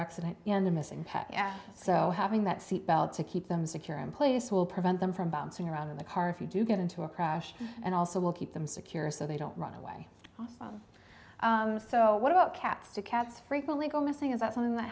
accident in the missing so having that seat belt to keep them secure in place will prevent them from bouncing around in the car if you do get into a crash and also will keep them secure so they don't run away so what about cats to cats frequently go missing is that something that